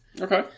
okay